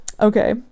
Okay